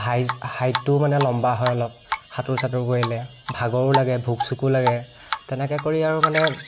হাইজ হাইটটো মানে লম্বা হয় অলপ সাঁতোৰ চাতোৰ কৰিলে ভাগৰো লাগে ভোক চোকো লাগে তেনেকৈ কৰি আৰু মানে